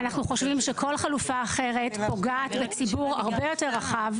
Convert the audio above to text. אנחנו חושבים שכל חלופה אחרת פוגעת בציבור הרבה יותר רחב,